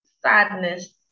sadness